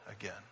again